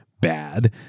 bad